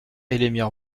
elémir